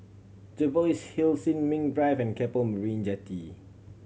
Jervois Hill Sin Ming Drive and Keppel Marina Jetty